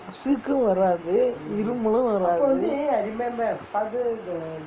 sick உம் வராது இருமலும் வராது:varaathu irumalum varaathu